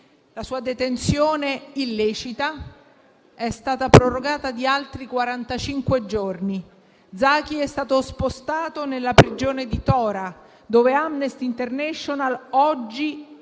la sua detenzione illecita è stata prorogata di altri quarantacinque giorni. Zaki è stato spostato nella prigione di Tora, dove Amnesty International ha